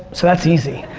so that's easy.